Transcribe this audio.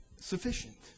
sufficient